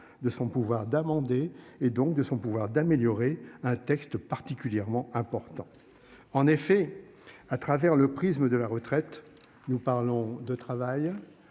de son pouvoir d'amender et donc de son pouvoir d'améliorer un texte particulièrement important en effet, à travers le prisme de la retraite. Nous parlons de travail.